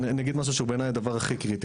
אני אגיד משהו שהוא בעיניי הדבר הכי קריטי.